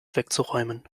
wegzuräumen